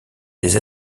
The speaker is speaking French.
des